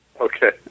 Okay